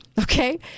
Okay